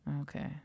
okay